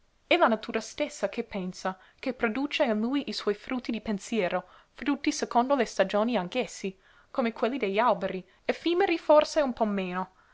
è la natura stessa che pensa che produce in lui i suoi frutti di pensiero frutti secondo le stagioni anch'essi come quelli degli alberi effimeri forse un po meno